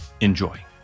Enjoy